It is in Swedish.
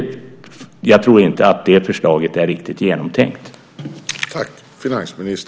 Jag tror inte att det förslaget är riktigt genomtänkt.